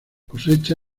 cosecha